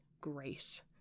grace